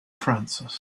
francis